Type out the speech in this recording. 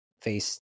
face